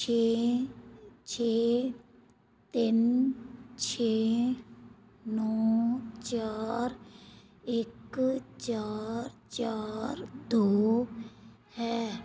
ਛੇ ਛੇ ਤਿੰਨ ਛੇ ਨੌਂ ਚਾਰ ਇੱਕ ਚਾਰ ਚਾਰ ਦੋ ਹੈ